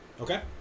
Okay